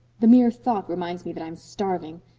the mere thought reminds me that i'm starving.